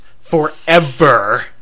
forever